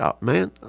Man